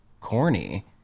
corny